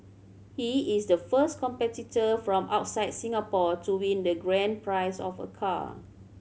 he is the first competitor from outside Singapore to win the grand prize of a car